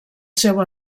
seu